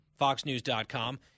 foxnews.com